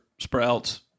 Sprouts